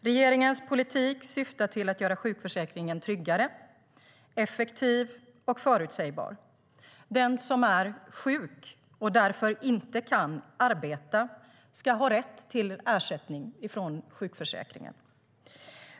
Regeringens politik syftar till att göra sjukförsäkringen tryggare, effektiv och förutsägbar. Den som är sjuk och därför inte kan arbeta ska ha rätt till ersättning från sjukförsäkringen.